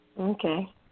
Okay